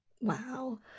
Wow